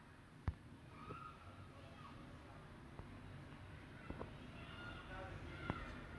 for me it's probably thor like எனக்கு பொருத்தவர:enakku poruthavara thor தான்:thaan like the strongest among all of them